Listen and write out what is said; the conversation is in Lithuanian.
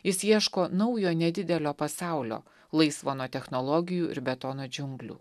jis ieško naujo nedidelio pasaulio laisvo nuo technologijų ir betono džiunglių